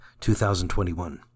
2021